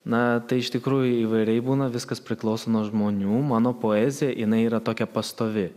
na tai iš tikrųjų įvairiai būna viskas priklauso nuo žmonių mano poezija jinai yra tokia pastovi